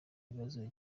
ikibazo